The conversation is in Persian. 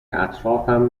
اطرافم